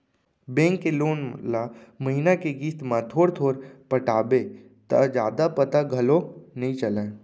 bank के loan ल महिना के किस्त म थोर थोर पटाबे त जादा पता घलौ नइ चलय